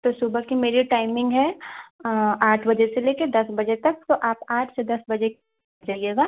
तो सुबह की मेरी टाइमिंग है आठ बजे से लेके दस बजे तक तो आप आठ से दस बजे जाइएगा